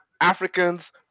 Africans